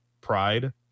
pride